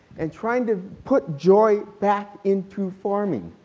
and trying to put joy back into farming.